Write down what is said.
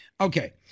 Okay